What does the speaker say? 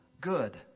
good